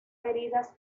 heridas